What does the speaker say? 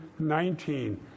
19